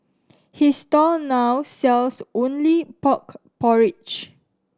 his stall now sells only pork porridge